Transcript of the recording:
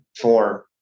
form